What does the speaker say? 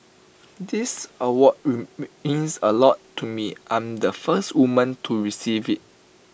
this award means A lot to me I'm the first woman to receive IT